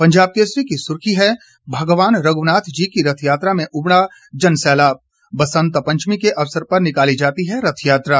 पंजाब केसरी की सुर्खी है भगवान रघुनाथ जी की रथयात्रा में उमड़ा जनसैलाब बसंत पंचमी के अवसर पर निकाली जाती है रथयात्रा